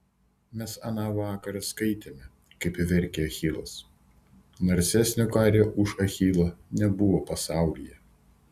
mes aną vakarą skaitėme kaip verkė achilas narsesnio kario už achilą nebuvo pasaulyje